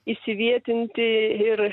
įsiviertinti ir